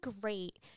great